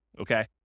okay